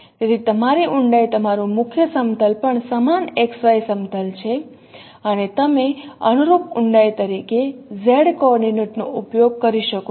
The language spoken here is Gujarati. તેથી તમારી ઊંડાઈ તમારું મુખ્ય સમતલ પણ સમાન xy સમતલ છે અને તમે અનુરૂપ ઊંડાઈ તરીકે Z કોઓર્ડિનેટ નો ઉપયોગ કરી શકો છો